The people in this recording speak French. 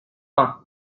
faim